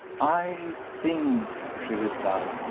i think, she replied,